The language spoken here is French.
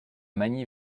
magny